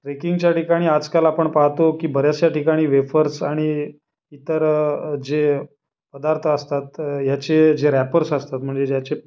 ट्रेकिंगच्या ठिकाणी आजकाल आपण पाहातो की बऱ्याचशा ठिकाणी वेफर्स आणि इतर जे पदार्थ असतात याचे जे रॅपर्स असतात म्हणजे ज्याचे